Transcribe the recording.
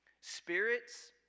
spirits